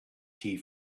tea